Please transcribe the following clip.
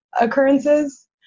occurrences